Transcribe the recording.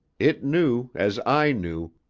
it knew, as i knew,